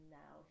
now